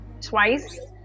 twice